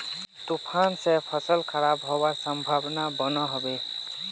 तूफान से फसल खराब होबार संभावना बनो होबे?